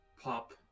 pop